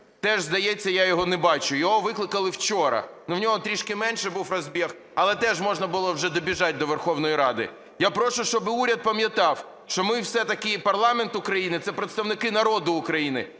теж, здається, я його не бачу. Його викликали вчора. Ну, в нього трішки менший був разбег, але теж можна було вже добежать до Верховної Ради. Я прошу, щоб уряд пам'ятав, що ми все-таки, парламент України – це представники народу України,